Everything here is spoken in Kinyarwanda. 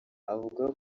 avuga